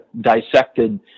dissected